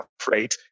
afraid